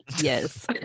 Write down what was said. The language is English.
Yes